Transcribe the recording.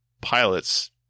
pilots